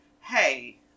hey